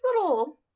little